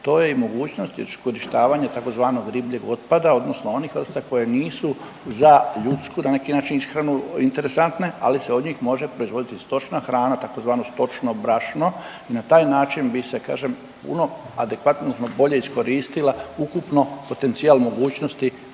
to je i mogućnost iskorištavanja tzv. ribljeg otpada, odnosno onih vrsta koje nisu za ljudsku na neki način ishranu interesantne ali se od njih može proizvoditi stočna hrana, tzv. stočno brašno i na taj način bi se kažem puno, adekvatno bolje iskoristila ukupno potencijal mogućnosti